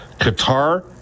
Qatar